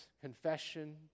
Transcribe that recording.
confession